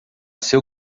seu